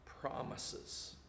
promises